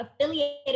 affiliated